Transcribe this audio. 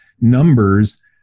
numbers